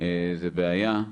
זו בעיה.